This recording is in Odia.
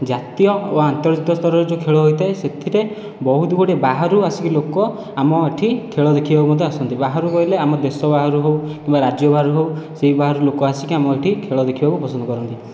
ଜାତୀୟ ଓ ଆନ୍ତର୍ଜାତୀୟ ସ୍ତରରେ ଯେଉଁ ଖେଳ ହୋଇଥାଏ ସେଥିରେ ବହୁତ ଗୁଡ଼ିଏ ବାହାରୁ ଆସିକି ଲୋକ ଆମ ଏଠି ଖେଳ ଦେଖିବାକୁ ମଧ୍ୟ ଆସନ୍ତି ବାହାରୁ କହିଲେ ଆମ ଦେଶ ବାହାରୁ ହେଉ କିମ୍ବା ରାଜ୍ୟ ବାହାରୁ ହେଉ ସେହି ବାହାରୁ ଲୋକ ଆସିକି ଆମ ଏଠି ଖେଳ ଦେଖିବାକୁ ପସନ୍ଦ କରନ୍ତି